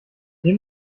dem